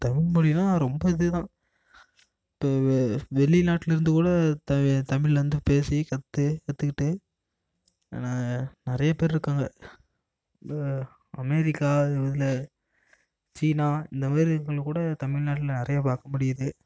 தமிழ்மொழினா ரொம்ப இது தான் இப்போ வெளிநாட்டில் இருந்து கூட தமிழ் வந்து பேசி கற்று கற்றுக்கிட்டு நிறைய பேர் இருக்காங்க இந்த அமெரிக்கா இதில் சீனா இந்த மாதிரி இருக்கிறவங்க கூட தமிழ்நாட்டில் நிறைய பார்க்க முடியுது